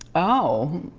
oh.